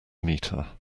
metre